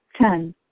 Ten